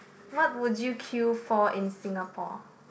what would you queue for in Singapore